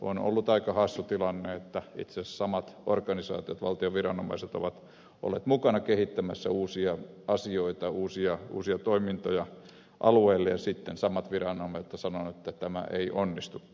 on ollut aika hassu tilanne että itse asiassa samat organisaatiot valtion viranomaiset ovat olleet mukana kehittämässä uusia asioita uusia toimintoja alueelle ja sitten samat viranomaiset ovat sanoneet että tämä ei onnistukaan